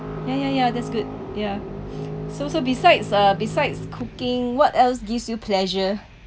yeah yeah yeah that's good yeah so so besides uh besides cooking what else gives you pleasure